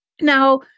Now